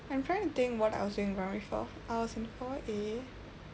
I'm trying to think what I was doing in primary four I was in four A